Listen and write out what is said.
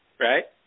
Right